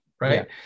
Right